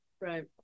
Right